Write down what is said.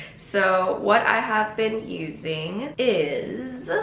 so what i have been using is.